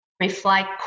reflect